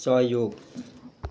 सहयोग